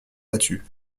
battue